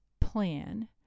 plan